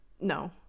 No